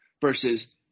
versus